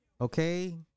Okay